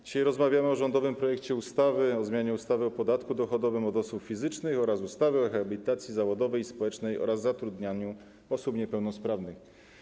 Dzisiaj rozmawiamy o rządowym projekcie ustawy o zmianie ustawy o podatku dochodowym od osób fizycznych oraz ustawy o rehabilitacji zawodowej i społecznej oraz zatrudnianiu osób niepełnosprawnych.